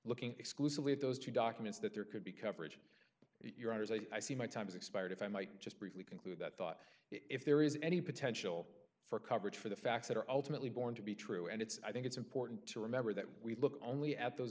looking exclusively of those two documents that there could be coverage of your own as i see my time's expired if i might just briefly conclude that thought if there is any potential for coverage for the facts that are ultimately born to be true and it's i think it's important to remember that we look only at those